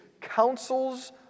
counsels